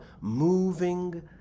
moving